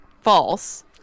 false